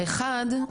האחד,